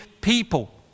people